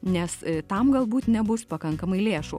nes tam galbūt nebus pakankamai lėšų